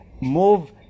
move